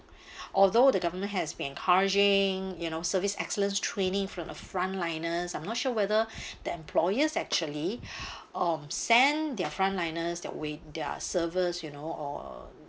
although the government has been encouraging you know service excellence training from the front liners I'm not sure whether the employers actually um send their frontliners their wait~ their servers you know or